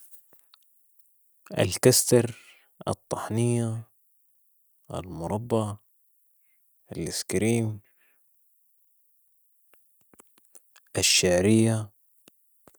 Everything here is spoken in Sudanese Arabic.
الكستر، الطحنية ، المربي ، الاسكريم ، الشعرية